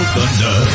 Thunder